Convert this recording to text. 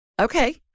Okay